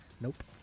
Nope